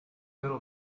sono